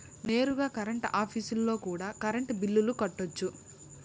నేరుగా కరెంట్ ఆఫీస్లో కూడా కరెంటు బిల్లులు కట్టొచ్చు